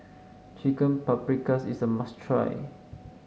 Chicken Paprikas is a must try